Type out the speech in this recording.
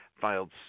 filed